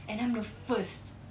and I'm the first